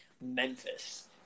Memphis